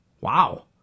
Wow